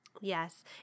yes